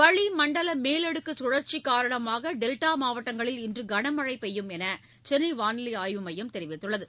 வளிமண்டல மேலடுக்கு சுழற்சி காரணமாக டெல்டா மாவட்டங்களில் இன்று கனமழை பெய்யும் என சென்னை வானிலை ஆய்வு மையம் தெரிவித்துள்ளது